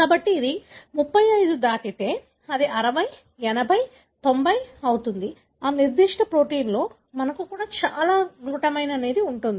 కాబట్టి ఇది 35 దాటితే అది 60 80 90 అవుతుంది ఆ నిర్దిష్ట ప్రోటీన్లో మనకు చాలా గ్లూటామైన్ ఉంటుంది